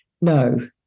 No